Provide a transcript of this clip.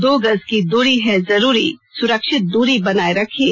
दो गज की दूरी है जरूरी सुरक्षित दूरी बनाए रखें